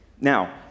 now